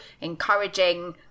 encouraging